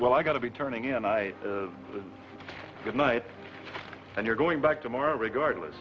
well i got to be turning in i good night and you're going back tomorrow regardless